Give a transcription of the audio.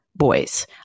boys